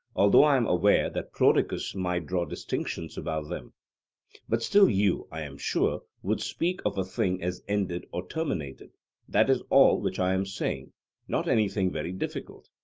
although i am aware that prodicus might draw distinctions about them but still you, i am sure, would speak of a thing as ended or terminated that is all which i am saying not anything very difficult.